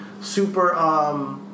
super